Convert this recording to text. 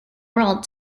world